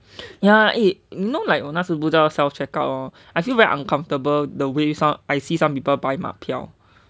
ya eh you know like 我那时不是要 self checkout lor I feel very uncomfortable the way you I see some people buy 马票